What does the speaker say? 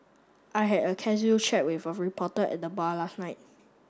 I had a casual chat with a reporter at the bar last night